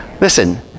Listen